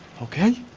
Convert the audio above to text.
okay